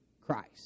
Christ